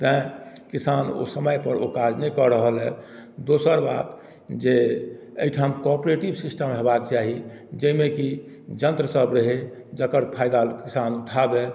तैं किसान ओ समयपर ओ काज नहि कऽ रहल यऽ दोसर बात जे अइ ठाम कोपरेटिव सिस्टम हेबाके चाही जैमे कि यन्त्र सब रहय जकर फायदा किसान उठाबय